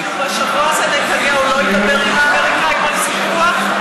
כאילו בשבוע הזה נתניהו לא ידבר עם האמריקנים על סיפוח,